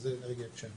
שזה אנרגיית שמש.